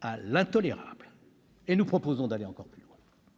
à l'intolérable. Nous proposons d'aller encore plus loin.